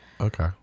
Okay